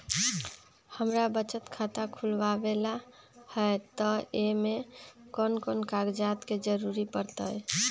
हमरा बचत खाता खुलावेला है त ए में कौन कौन कागजात के जरूरी परतई?